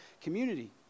community